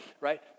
right